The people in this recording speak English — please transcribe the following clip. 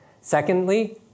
Secondly